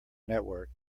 network